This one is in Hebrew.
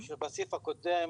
בסעיף הקודם